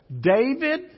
David